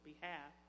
behalf